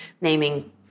naming